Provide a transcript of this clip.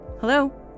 Hello